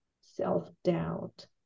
self-doubt